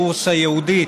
בורסה ייעודית.